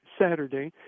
Saturday